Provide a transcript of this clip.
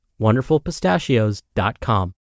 WonderfulPistachios.com